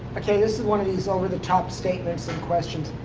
ok. this is one of these over-the-top statements and questions.